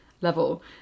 level